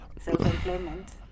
self-employment